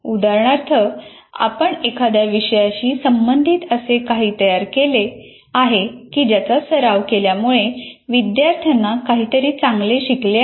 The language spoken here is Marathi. उदाहरणार्थ आपण एखाद्या विषयाशी संबंधित असे काही तयार केले आहे की ज्याचा सराव केल्यामुळे विद्यार्थ्यांनी काहीतरी चांगले शिकले आहे